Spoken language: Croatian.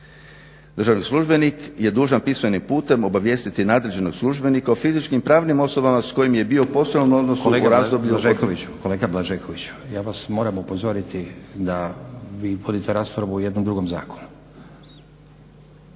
Državni službenik je dužan pismenim putem obavijestiti nadređenog službenika o fizičkim i pravnim osobama s kojim je bio u posebnom odnosu u razdoblju … …/Upadica Stazić: Kolega Blažekoviću, ja vas moram upozoriti da vi vodite raspravu o jednom drugom zakonu.